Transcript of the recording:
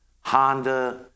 Honda